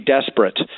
desperate